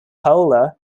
polo